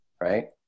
right